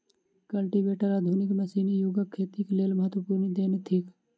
cultivator आधुनिक मशीनी युगक खेतीक लेल महत्वपूर्ण देन थिक